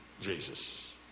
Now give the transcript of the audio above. Jesus